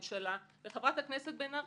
לחברת הכנסת בן ארי,